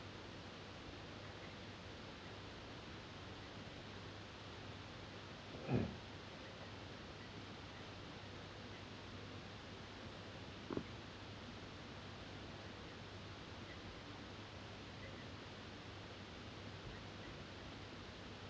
mm